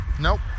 Nope